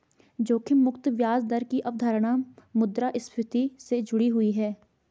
जोखिम मुक्त ब्याज दर की अवधारणा मुद्रास्फति से जुड़ी हुई है